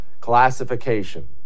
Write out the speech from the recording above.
classification